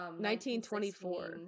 1924